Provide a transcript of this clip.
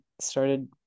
started